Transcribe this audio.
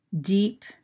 deep